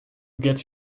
gets